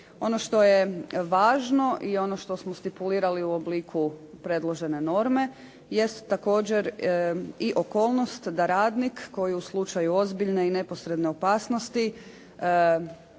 Ono što je važno i ono što smo stipulirali u obliku predložene norme jest također i okolnost da radnik koji u slučaju ozbiljne i neposredne opasnosti